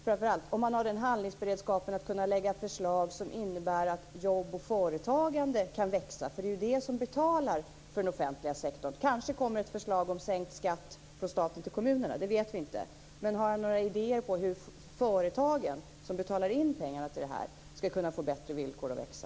Framför allt undrar jag om man har handlingsberedskap för att kunna lägga fram förslag som innebär att jobb och företagande kan växa. Det är ju det som betalar för den offentliga sektorn. Kanske kommer ett förslag om sänkt skatt från staten till kommunerna, det vet vi inte. Men har Bosse Ringholm några idéer om hur företagen, som betalar in pengarna till det här, ska kunna få bättre villkor att växa?